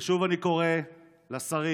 ושוב אני קורא לשרים,